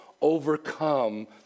overcome